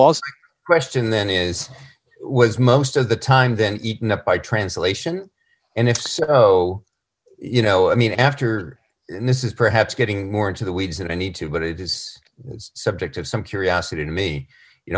last question then is was most of the time then eaten up by translation and if so you know i mean after this is perhaps getting more into the weeds and i need to but it is a subject of some curiosity to me you